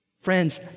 Friends